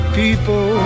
people